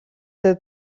the